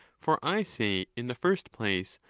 for i say, in the first place,